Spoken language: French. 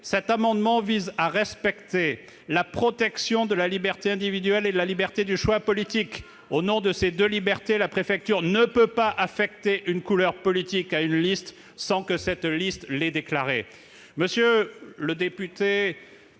Cet amendement vise à respecter [...] la protection de la liberté individuelle et de la liberté du choix politique. Au nom de ces deux libertés, la préfecture ne peut pas affecter une couleur politique à une liste, sans que cette liste l'ait déclarée. » M. le député